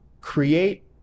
create